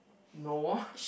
no